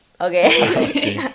Okay